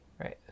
Right